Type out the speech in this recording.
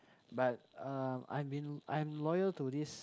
but um I have been I'm loyal to this